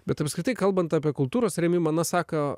bet apskritai kalbant apie kultūros rėmimą na sako